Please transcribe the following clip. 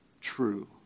true